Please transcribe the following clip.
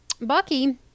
Bucky